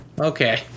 Okay